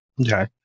Okay